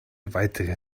weitere